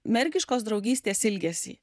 mergiškos draugystės ilgesį